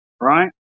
Right